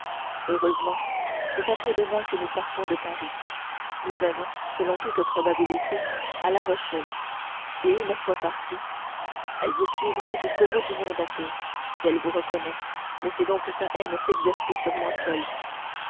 heureusement c'est après-demain que nous quittons paris nous allons selon toute probabilité à la rochelle et une fois partis elle vous suivra jusqu'au bout du monde athos si elle vous reconnaît laissez donc sa haine s'exercer sur moi seul